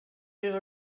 ihre